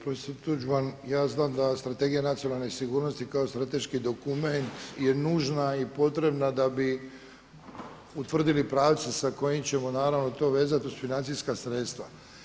Profesore Tuđman, ja znam da Strategija nacionalne sigurnosti kao strateški dokument je nužna i potrebna da bi utvrdili pravce sa kojim ćemo naravno to vezati uz financijska sredstva.